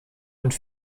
und